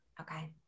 okay